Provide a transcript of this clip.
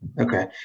Okay